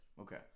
Okay